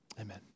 amen